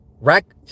Rack